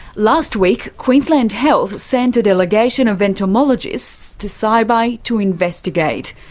last week, queensland health sent a delegation of entomologists to saibai to investigate.